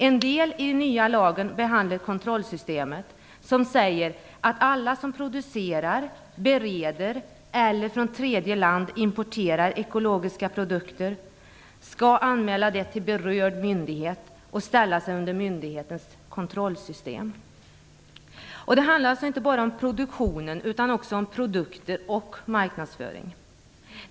En del i den nya lagen behandlar kontrollssystemet som säger att alla som producerar, bereder eller från tredje land importerar ekologiska produkter skall anmäla det till berörd myndighet och ställa sig under myndighetens kontrollsystem. Det handlar inte bara om produktionen utan också om produkter och marknadsföring.